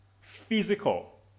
physical